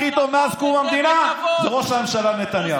מי שעשה להם הכי טוב מאז קום המדינה זה ראש הממשלה נתניהו.